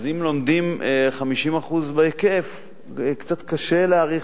אז אם לומדים בהיקף של 50%, קצת קשה להעריך